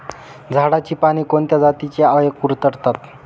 झाडाची पाने कोणत्या जातीच्या अळ्या कुरडतात?